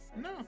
no